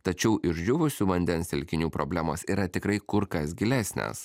tačiau išdžiūvusių vandens telkinių problemos yra tikrai kur kas gilesnės